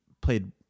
played